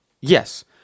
Yes